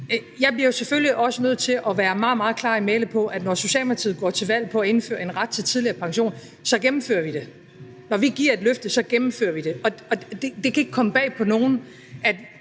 Jeg bliver jo selvfølgelig også nødt til at være meget, meget klar i mælet om, at når Socialdemokratiet går til valg på at indføre en ret til tidligere pension, så gennemfører vi det. Når vi giver et løfte, indfrier vi det. Det kan ikke komme bag på nogen, at